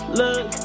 look